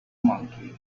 monkey